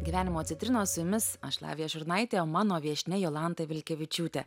gyvenimo citrinos jumis aš lavija šurnaitė o mano viešnia jolanta vilkevičiūtė